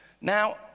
Now